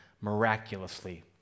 miraculously